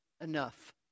enough